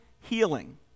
healing